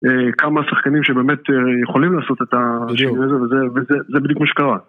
כמה שחקנים שבאמת יכולים לעשות את זה וזה בדיוק מה שקרה